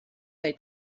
they